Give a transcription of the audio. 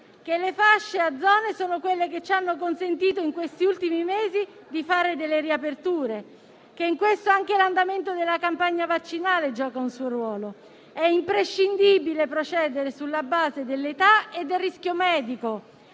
che le fasce a zone sono quelle che ci hanno consentito negli ultimi mesi di fare delle riaperture e che in questo anche l'andamento della campagna vaccinale gioca un suo ruolo. È imprescindibile procedere sulla base dell'età e del rischio medico,